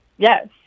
Yes